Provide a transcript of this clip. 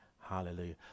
Hallelujah